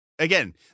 Again